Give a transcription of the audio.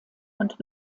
und